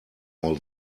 all